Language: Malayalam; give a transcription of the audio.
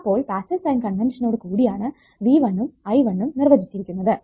അപ്പോൾ പാസ്സീവ് സൈൻ കൺവെൻഷനോട് കൂടിയാണ് V1 യും I1 യും നിർവചിച്ചിരിക്കുന്നതു